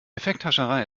effekthascherei